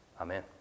Amen